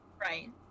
Right